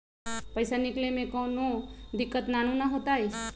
पईसा निकले में कउनो दिक़्क़त नानू न होताई?